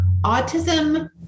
autism